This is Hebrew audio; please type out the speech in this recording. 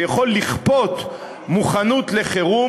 שיכול לכפות מוכנות לחירום,